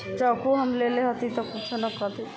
चक्कू हम लेले हथी तऽ किछु नहि कटी